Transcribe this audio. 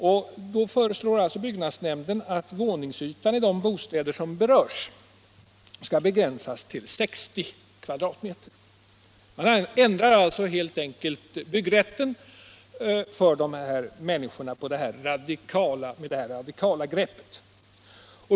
Nämnden föreslår att våningsytan i de bostäder som berörs skall begränsas till 60 m?. Med detta radikala grepp ändrar man således på alla begrepp för de människor det här gäller.